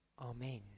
Amen